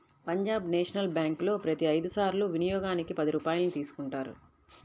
Punjab national బ్యేంకులో ప్రతి ఐదు సార్ల వినియోగానికి పది రూపాయల్ని తీసుకుంటారు